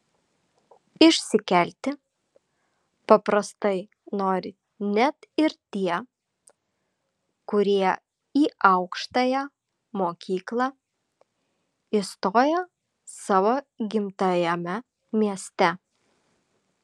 išsikelti paprastai nori net ir tie kurie į aukštąją mokyklą įstoja savo gimtajame mieste